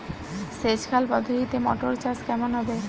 সেচ খাল পদ্ধতিতে মটর চাষ কেমন হবে?